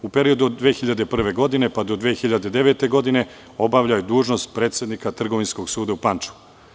U periodu od 2001. do 2009. godine obavljao je dužnost predsednika Trgovinskog suda u Pančevu.